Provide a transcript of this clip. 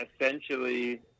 essentially